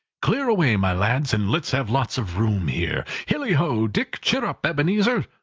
clear away, my lads, and let's have lots of room here! hilli-ho, dick! chirrup, ebenezer!